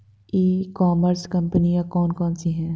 ई commerce कंपनियाँ कौन कौन सी हैं?